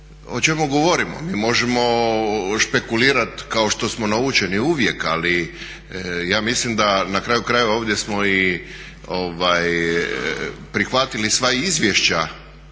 o čemu govorimo? Mi možemo špekulirati kao što smo naučeni uvijek ali ja mislim da na kraju krajeva ovdje smo i prihvatili sva izvješća